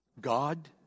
God